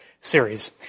series